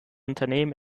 unternehmen